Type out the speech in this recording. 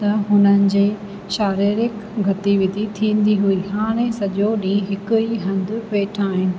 त हुननि जी शारीरिक गतिविधी थींदी हुई हाणे सॼो ॾींहुं हिकु ई हंधु वेठा आहिनि